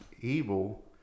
evil